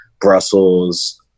brussels